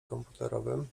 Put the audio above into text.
komputerowym